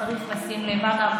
צריך לשים לב.